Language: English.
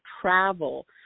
travel